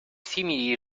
simili